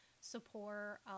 support